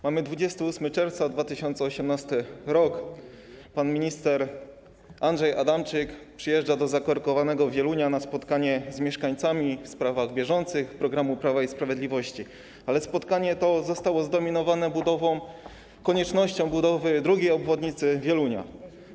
Mamy 28 czerwca 2018 r., pan minister Andrzej Adamczyk przyjeżdża do zakorkowanego Wielunia na spotkanie z mieszkańcami w sprawach bieżących dotyczących programu Prawa i Sprawiedliwości, ale spotkanie to zostało zdominowane przez konieczność budowy drugiej obwodnicy Wielunia.